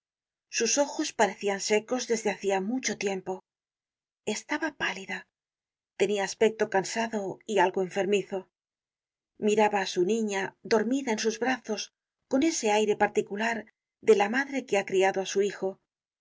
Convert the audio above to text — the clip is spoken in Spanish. sus ojos parecian secos desde hacia mucho tiempo estaba pálida tenia aspecto cansado y algo enfermizo miraba á su niña dormida en sus brazos con ese aire particular de la madre que ha criado á su hijo